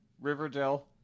Riverdale